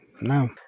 no